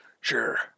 Sure